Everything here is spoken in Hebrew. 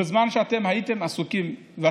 בזמן שאתם הייתם עסוקים בדיבורים,